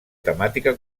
temàtica